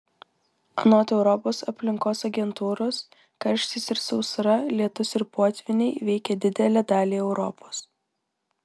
anot europos aplinkos agentūros karštis ir sausra lietūs ir potvyniai veikia didelę dalį europos